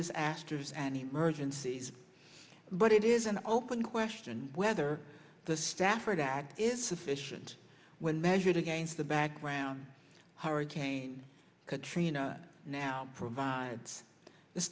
this asters and emergencies but it is an open question whether the stafford act is sufficient when measured against the background hurricane katrina now provides the